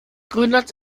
grönland